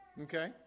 okay